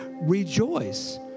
rejoice